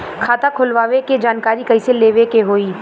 खाता खोलवावे के जानकारी कैसे लेवे के होई?